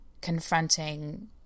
confronting